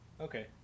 Okay